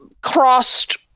crossed